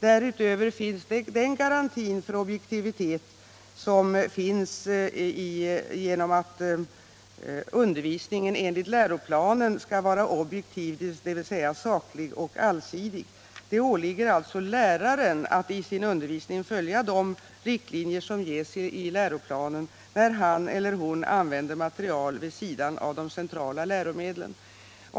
Därutöver finns regeln om objektivitet som ligger i att undervisningen enligt läroplanen skall vara objektiv, dvs. saklig och allsidig. Det åligger alltså läraren att i sin undervisning följa de riktlinjer som ges i läroplanen när han eller hon använder material vid sidan om de centrala läromedlen.